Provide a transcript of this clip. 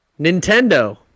Nintendo